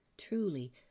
Truly